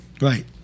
Right